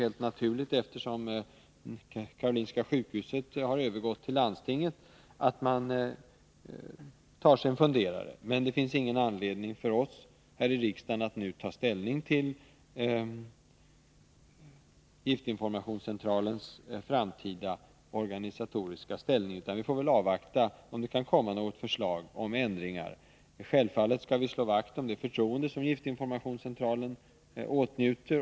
Eftersom Karolinska sjukhuset har övergått till landstinget är det helt naturligt att man tar sig en funderare på det. Men det finns ingen anledning för oss här i riksdagen att nu ta ställning till giftinformationscentralens framtida organisatoriska ställning. Vi får avvakta och se om det kommer något förslag till ändring. Sälvfallet skall vi slå vakt om det förtroende som giftinformationscentralen åtnjuter.